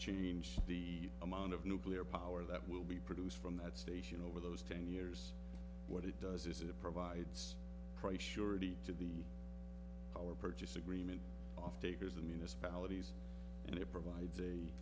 change the amount of nuclear power that will be produced from that station over those ten years what it does is it provides price surety to the power purchase agreement off takers and municipalities and it provide